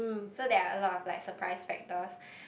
so there are a lot of like surprise factors